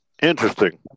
Interesting